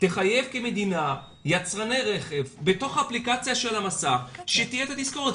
תחייב כמדינה יצרני רכב שבתוך האפליקציה של המסך תהיה התזכורת.